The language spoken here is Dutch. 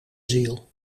ziel